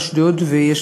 באשדוד ויש